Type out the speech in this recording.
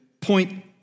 point